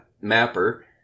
mapper